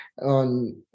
on